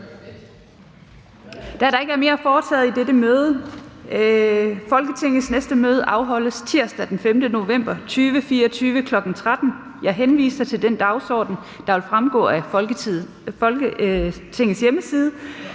Der er ikke mere at foretage i dette møde. Folketingets næste møde afholdes tirsdag den 5. november 2024, kl. 13.00. Jeg henviser til den dagsorden, der vil fremgå af Folketingets hjemmeside.